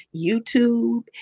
YouTube